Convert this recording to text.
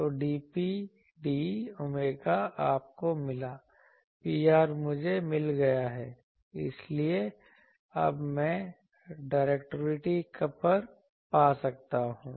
तो dP d omega आपको मिला Pr मुझे मिल गया है इसलिए अब मैं डायरेक्टिविटी पा सकता हूं